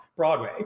broadway